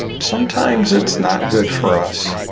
sometimes it's not good for us.